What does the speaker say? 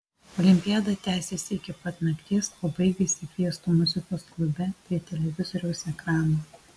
olimpiada tęsėsi iki pat nakties o baigėsi fiesta muzikos klube prie televizoriaus ekrano